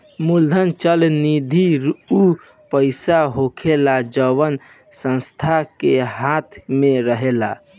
मूलधन चल निधि ऊ पईसा होखेला जवना संस्था के हाथ मे रहेला